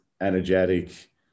energetic